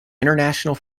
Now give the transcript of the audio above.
international